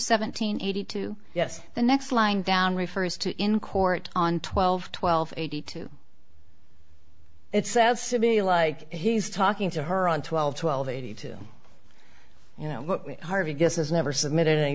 seventeen eighty two yes the next line down refers to in court on twelve twelve eighty two it says simply like he's talking to her on twelve twelve eighty two you know what we harvey guess is never submitted a